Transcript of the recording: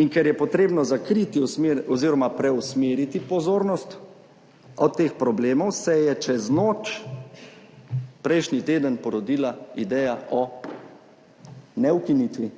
In ker je treba preusmeriti pozornost od teh problemov, se je čez noč prejšnji teden porodila ideja o, ne ukinitvi,